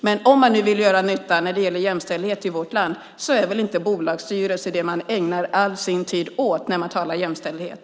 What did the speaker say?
Och om man vill göra nytta när det gäller jämställdhet i vårt land är väl inte bolagsstyrelser det man ägnar all sin tid åt?